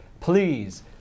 Please